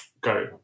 go